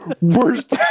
Worst